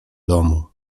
domu